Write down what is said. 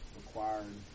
required